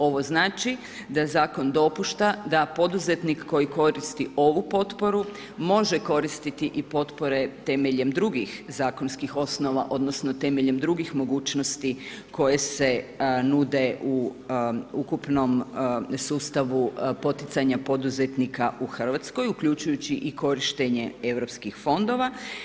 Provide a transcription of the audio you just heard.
Ovo znači da zakon dopušta da poduzetnik koji koristi ovu potporu može koristiti i potpore temeljem drugih zakonskih osnova odnosno temeljem drugih mogućnosti koje se nude ukupnom sustavu poticanja poduzetnika u Hrvatskoj uključujući i korištenje europskih fondova.